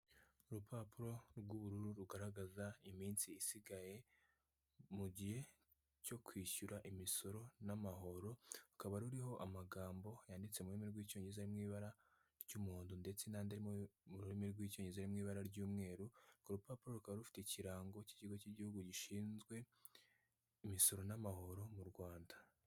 Urupapuro rw'ubururu rugaragaza iminsi isigaye mu gihe cyo kwishyura imisoro n'amahoro, rukaba ruriho amagambo yanditse mu rurimi rw'icyongereza ari mu ibara ry'umuhondo ndetse n'andi mu rurimi rw'icyongereza ari mu ibara ry'umweru, urwo rupapuro rukaba rufite ikirango cy'ikigo cy'igihugu gishinzwe imisoro n'amahoro mu Rwanda.